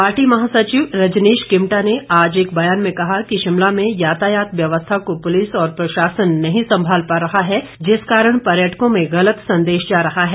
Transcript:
party महासचिव रजनीश किमटा ने आज एक ब्यान में कहा कि शिमला में यातायात व्यवस्था को पुलिस और प्रशासन नहीं संभाल पा रहा है जिस कारण पर्यटकों में गलत संदेश जा रहा है